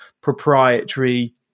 proprietary